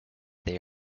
they